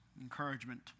Encouragement